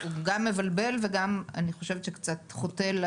הוא גם מבלבל ואני חושבת שגם קצת חוטא.